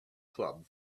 club